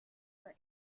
her